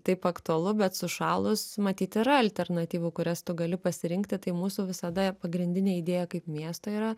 taip aktualu bet sušalus matyt yra alternatyvų kurias tu gali pasirinkti tai mūsų visada pagrindinė idėja kaip miesto yra